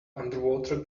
underwater